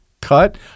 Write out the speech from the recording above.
cut